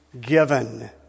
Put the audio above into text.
given